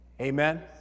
Amen